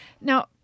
Now